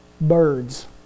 birds